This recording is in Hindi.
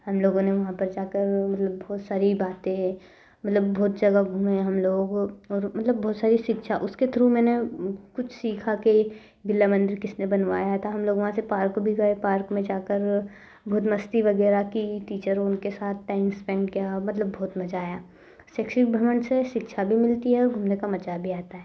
हम लोगों ने वहाँ पर जाकर मतलब बहुत सारी बातें मतलब बहुत जगह घूमें हम लोग और मतलब बहुत सारी शिक्षा उसके थ्रो मैंने कुछ सीखा की बिरला मंदिर किसने बनवाया था हम लोग वहाँ से पार्क भी गए पार्क में जाकर बहुत मस्ती वगैरह की टीचर उनके साथ टाइम स्पेंड किया मतलब बहुत मज़ा आया शैक्षिक भ्रमण से शिक्षा भी मिलती है घूमने का मज़ा भी आता है